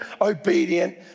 obedient